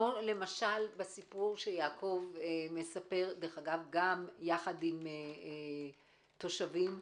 למשל, בסיפור שיעקב מספר גם יחד עם תושבים,